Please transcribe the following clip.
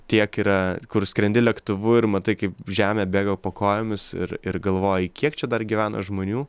tiek yra kur skrendi lėktuvu ir matai kaip žemė bėga po kojomis ir ir galvoji kiek čia dar gyvena žmonių